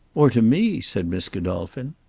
or to me, said miss godolphin.